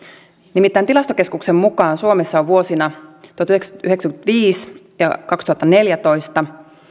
nimittäin tilastokeskuksen mukaan suomessa on vuosina tuhatyhdeksänsataayhdeksänkymmentäviisi viiva kaksituhattaneljätoista